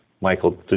Michael